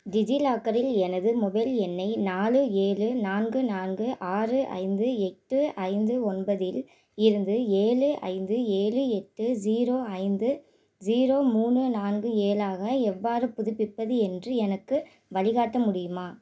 டிஜிலாக்கரில் எனது மொபைல் எண்ணை நாலு ஏழு நான்கு நான்கு ஆறு ஐந்து எட்டு ஐந்து ஒன்பதில் இருந்து ஏழு ஐந்து ஏழு எட்டு ஜீரோ ஐந்து ஜீரோ மூணு நான்கு ஏழாக எவ்வாறு புதுப்பிப்பது என்று எனக்கு வழிகாட்ட முடியுமா